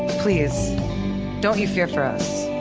please don't you fear for us.